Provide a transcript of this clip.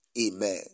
amen